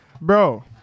bro